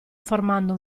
formando